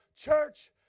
church